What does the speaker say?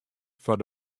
foar